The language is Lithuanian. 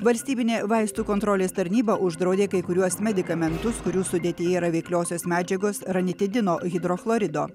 valstybinė vaistų kontrolės tarnyba uždraudė kai kuriuos medikamentus kurių sudėtyje yra veikliosios medžiagos ranitidino hidrochlorido